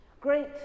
Great